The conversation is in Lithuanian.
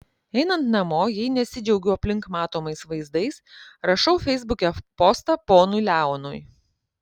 einant namo jei nesidžiaugiu aplink matomais vaizdais rašau feisbuke postą ponui leonui